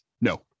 no